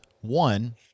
One